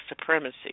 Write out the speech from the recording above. supremacy